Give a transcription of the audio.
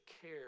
care